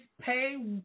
pay